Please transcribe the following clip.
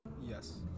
Yes